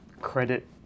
credit